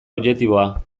objektiboa